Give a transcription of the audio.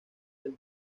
del